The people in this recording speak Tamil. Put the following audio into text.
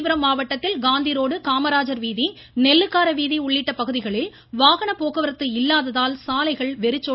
காஞ்சிபுரம் மாவட்டத்தில் காந்திரோடு காமராஜர் வீதி நெல்லுக்கார வீதி உள்ளிட்ட பகுதிகளில் வாகனப் போக்குவரத்து இல்லாததால் சாலைகள் வெறிச்சோடி காணப்படுகின்றன